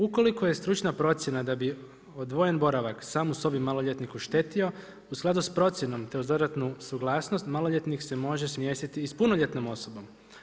Ukoliko je stručna procjena da bi odvojen boravak sam u sobi maloljetnik oštetio, u skladu s procjenom te uz dodatnu suglasnost, maloljetnik se može smjestiti i s punoljetnom osobom.